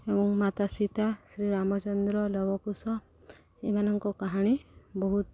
ଏବଂ ମାତା ସୀତା ଶ୍ରୀ ରାମଚନ୍ଦ୍ର ଲବକୁୁଶ ଏମାନଙ୍କ କାହାଣୀ ବହୁତ